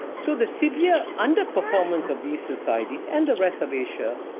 so, the severe underperformance of these societies, and the rest of asia,